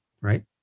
right